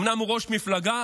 אומנם הוא ראש מפלגה,